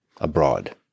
abroad